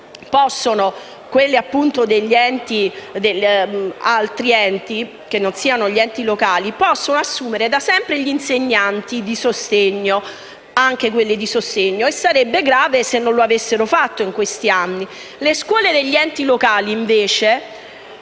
possono assumere da sempre gli insegnanti, anche di sostegno, e sarebbe grave se non lo avessero fatto in questi anni. Le scuole degli enti locali, invece,